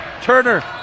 Turner